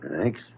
thanks